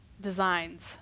designs